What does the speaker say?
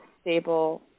stable